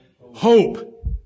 hope